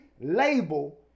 label